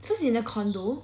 so it's in a condo